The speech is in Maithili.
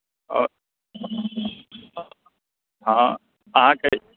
आओर हँ अहाँकेँ